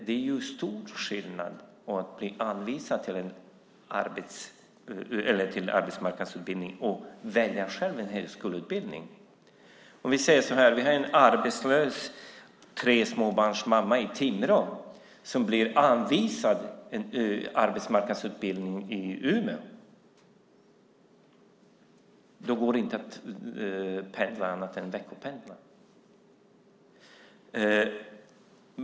Det är stor skillnad mellan att bli anvisad en arbetsmarknadsutbildning och att själv välja en högskoleutbildning. Om vi har en arbetslös småbarnsmamma med tre barn i Timrå som blir anvisad en arbetsmarknadsutbildning i Umeå går det inte att pendla annat än att veckopendla.